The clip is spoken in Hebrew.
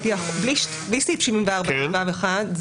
בלי סעיף 74טו1,